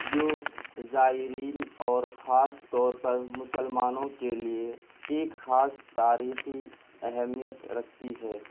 جو زائرین اور خاص طور پر مسلمانوں کے لیے ایک خاص تاریخی اہمیت رکھتی ہے